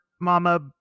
mama